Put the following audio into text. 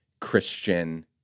christian